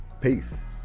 peace